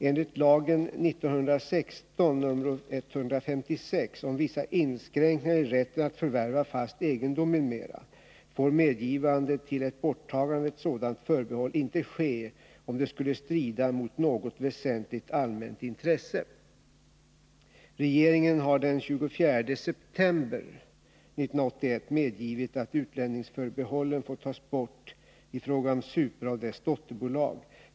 Enligt lagen om vissa inskränkningar i rätten att förvärva fast egendom m.m. får medgivande till ett borttagande av ett sådant förbehåll inte ske, om det skulle strida mot något väsentligt allmänt intresse. Regeringen har den 24 september 1981 medgivit att utlänningsförbehållen får tas bort i fråga om Supra och dess dotterbolag.